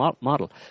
model